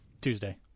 tuesday